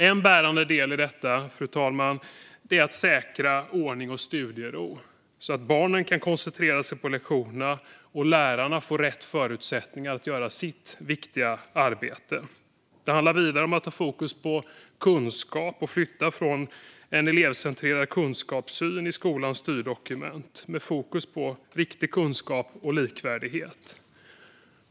En bärande del i detta är, fru talman, att säkra ordning och studiero så att barnen kan koncentrera sig på lektionerna och lärarna får rätt förutsättningar att göra sitt viktiga arbete. Det handlar vidare om att ha fokus på kunskap och att gå från en elevcentrerad kunskapssyn i skolans styrdokument till att ha fokus på riktig kunskap och likvärdighet.